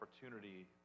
opportunity